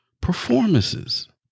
performances